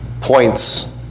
points